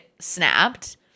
snapped